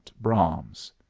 Brahms